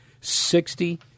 Sixty